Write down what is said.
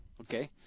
Okay